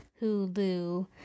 Hulu